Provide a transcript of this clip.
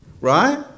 Right